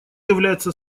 является